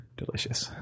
delicious